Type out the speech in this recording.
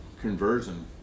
conversion